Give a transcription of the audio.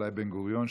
אולי בן-גוריון,